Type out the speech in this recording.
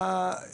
מה,